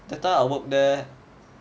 that time I work there